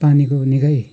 पानीको निकै